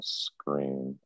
screen